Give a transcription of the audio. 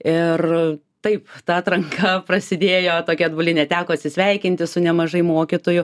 ir taip ta atranka prasidėjo tokia atbuline teko atsisveikinti su nemažai mokytojų